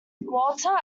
walter